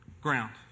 ground